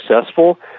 successful